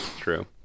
true